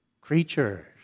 creatures